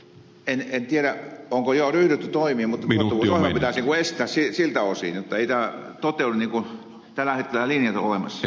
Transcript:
en tiedä onko jo ryhdytty toimiin mutta tuottavuusohjelma pitäisi estää siltä osin jotta ei tämä toteudu niin kuin tällä hetkellä linjat ovat olemassa